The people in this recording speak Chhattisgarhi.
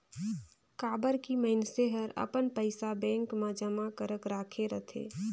काबर की मइनसे हर अपन पइसा बेंक मे जमा करक राखे रथे